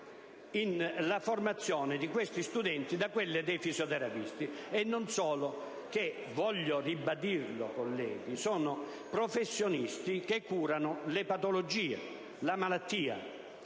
la formazione di questi studenti da quella dei fisioterapisti, i quali - voglio ribadirlo - sono professionisti che curano la patologia, la malattia: